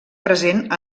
present